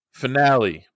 finale